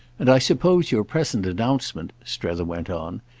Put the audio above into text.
and i suppose your present announcement, strether went on,